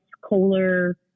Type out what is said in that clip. Kohler